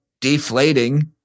deflating